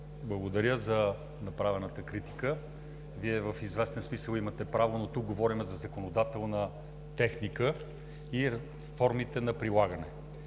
благодаря за направената критика. Вие в известен смисъл имате право, но тук говорим за законодателна техника и формите на прилагане.